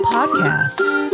Podcasts